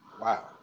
wow